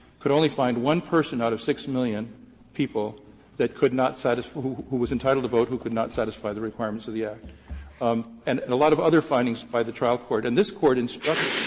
could only find one person out of six million people that could not satisfy who was entitled to vote, who could not satisfy the requirements of the act um and a lot of other findings by the trial court. and this court instructed